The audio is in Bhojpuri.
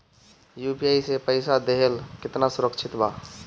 यू.पी.आई से पईसा देहल केतना सुरक्षित बा?